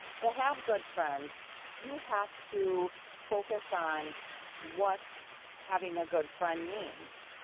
to have good friends you have to focus on what having a good friend means.